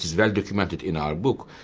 is well documented in our book,